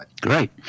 Great